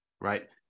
Right